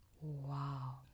Wow